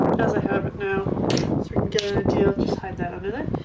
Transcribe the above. as i have it now so we can get her a idea, just hide that under there,